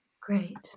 great